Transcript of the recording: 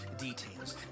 details